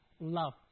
love